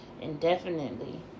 indefinitely